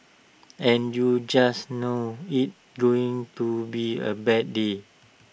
and you just know it's going to be A bad day